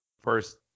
first